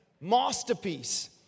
masterpiece